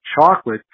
chocolate